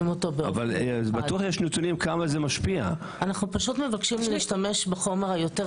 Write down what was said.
אנחנו מבקשים פשוט להשתמש בחומר היותר